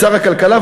שר הכלכלה,